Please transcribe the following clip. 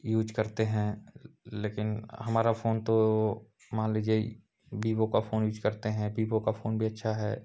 use करते हैं लेकिन हमारा फोन तो मान लीजिए बिबो का फोन यूज़ करते हैं बिबो का फोन भी अच्छा है